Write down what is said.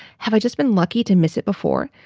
have i just been lucky to miss it before?